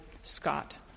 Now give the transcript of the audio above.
Scott